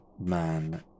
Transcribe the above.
man